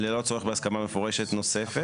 ללא צורך בהסכמה מפורשת נוספת.